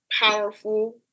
powerful